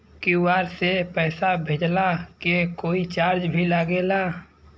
QR से पैसा भेजला के कोई चार्ज भी लागेला?